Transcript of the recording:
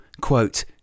quote